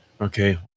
Okay